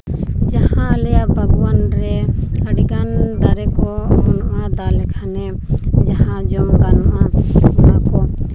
ᱡᱟᱦᱟᱸ ᱟᱞᱮᱭᱟᱜ ᱵᱟᱜᱽᱣᱟᱱ ᱨᱮ ᱟᱹᱰᱤᱜᱟᱱ ᱫᱟᱨᱮ ᱠᱚ ᱚᱢᱚᱱᱚᱜᱼᱟ ᱫᱟᱜ ᱞᱮᱠᱷᱟᱱᱮ ᱡᱟᱦᱟᱸ ᱡᱚᱢ ᱜᱟᱱᱚᱜᱼᱟ ᱚᱱᱟ ᱠᱚ